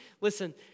Listen